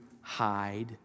hide